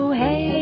hey